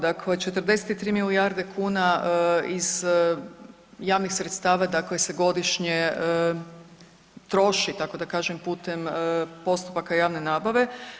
Dakle, 43 milijarde kuna iz javnih sredstava se dakle godišnje troši tako da kažem putem postupaka javne nabave.